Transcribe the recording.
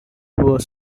was